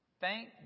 Thank